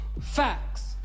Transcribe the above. facts